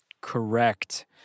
Correct